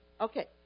okay